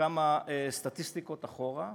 כמה סטטיסטיקות אחורה,